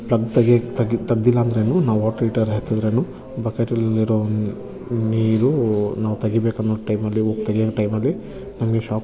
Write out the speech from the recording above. plug ತೆಗಿ ತೆಗಿ ತೆಗ್ದಿಲ್ಲ ಅಂದ್ರೇ ನಾವು ವಾಟರ್ ಹೀಟರ್ ಎತ್ತಿದ್ರೇನು ಬಕೆಟಲ್ಲಿರೋ ನೀರು ನಾವು ತೆಗೀಬೇಕನ್ನೋ ಟೈಮಲ್ಲಿ ಹೋಗ್ ತೆಗಿಯೋ ಟೈಮಲ್ಲಿ ನಮಗೆ ಶಾಕ್